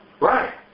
right